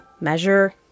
measure